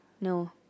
No